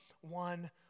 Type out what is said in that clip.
one